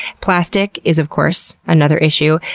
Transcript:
plastic is, of course, another issue.